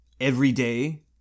everyday